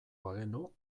bagenu